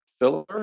filler